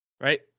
right